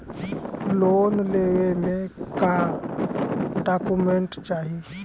Loan लेवे मे का डॉक्यूमेंट चाही?